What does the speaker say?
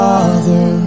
Father